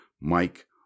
Mike